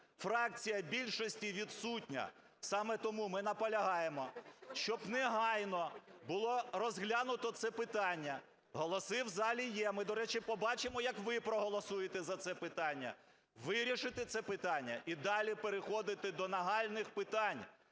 фракція більшості відсутня. Саме тому ми наполягаємо, щоб негайно було розглянуто це питання. Голоси в залі є, ми, до речі, побачимо, як ви проголосуєте за це питання. Вирішити це питання і далі переходити до нагальних питань,